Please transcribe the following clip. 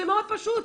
זה מאוד פשוט.